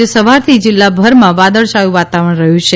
આજે સવારથી જિલ્લાભરમાં વાદળછાયું વાતાવરણ રહ્યું છે